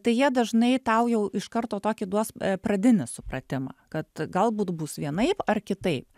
tai jie dažnai tau jau iš karto tokį duos pradinį supratimą kad galbūt bus vienaip ar kitaip